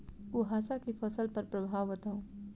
कुहासा केँ फसल पर प्रभाव बताउ?